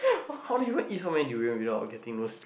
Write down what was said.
how do you went eat somewhere durian without of getting lost